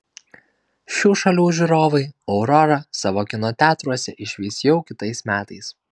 šių šalių žiūrovai aurorą savo kino teatruose išvys jau kitais metais